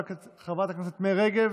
חברת הכנסת מירי רגב,